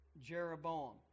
Jeroboam